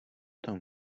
tam